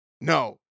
no